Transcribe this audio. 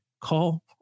call